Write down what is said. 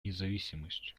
независимость